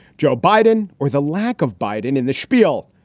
joe biden or the lack of biden in the spiel,